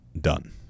done